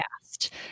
cast